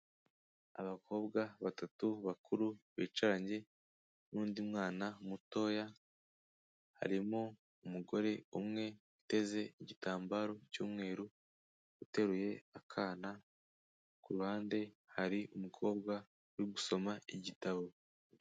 Abakobwa batatu bakuru bicaranye n'undi mwana mutoya, harimo umugore umwe uteze igitambaro cy'umweru uteruye akana, ku ruhande hari umukobwa uri gusoma igitabo.